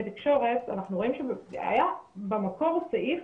תקשורת אנחנו רואים שהיה במקור סעיף,